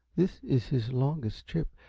this is his longest trip,